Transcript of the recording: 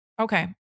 Okay